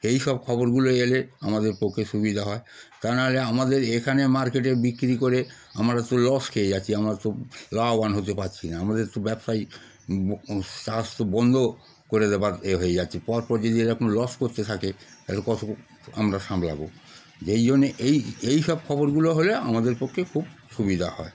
এই সব খবরগুলো এলে আমাদের পক্ষে সুবিধা হয় তা নাহলে আমাদের এখানে মার্কেটে বিক্রি করে আমরা তো লস খেয়ে যাচ্ছি আমরা তো লাভবান হতে পারছি না আমাদের তো ব্যবসায়ী স্বাস্থ্য বন্ধ করে দেওয়ার এ হয়ে যাচ্ছে পর পর যদি এরকম লস করতে থাকে তাহলে কত আমরা সামলাব যেই জন্যে এই এই সব খবরগুলো হলে আমাদের পক্ষে খুব সুবিধা হয়